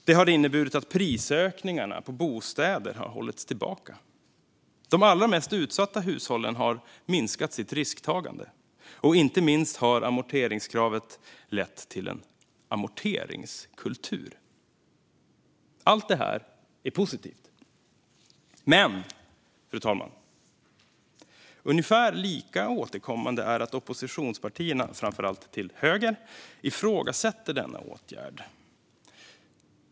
Det har inneburit att prisökningarna på bostäder har hållits tillbaka. De allra mest utsatta hushållen har minskat sitt risktagande. Inte minst har amorteringskravet lett till en amorteringskultur. Allt det här är positivt. Men, fru talman, ungefär lika återkommande är att oppositionspartierna, framför allt de till höger, ifrågasätter denna åtgärd.